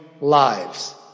lives